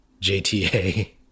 JTA